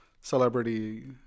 celebrity